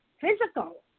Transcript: physical